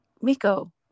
Miko